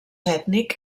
ètnic